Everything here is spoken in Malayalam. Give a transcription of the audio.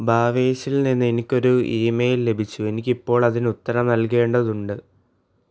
ഭാവേശിൽ നിന്ന് എനിക്കൊരു ഈമെയിൽ ലഭിച്ചു എനിക്ക് ഇപ്പോൾ അതിന് ഉത്തരം നൽകേണ്ടതുണ്ട്